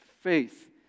faith